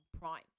Prime